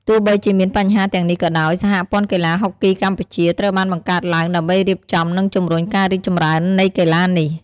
ទោះបីជាមានបញ្ហាទាំងនេះក៏ដោយ សហព័ន្ធកីឡាហុកគីកម្ពុជា ត្រូវបានបង្កើតឡើងដើម្បីរៀបចំ និងជំរុញការរីកចម្រើននៃកីឡានេះ។